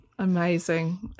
Amazing